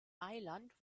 mailand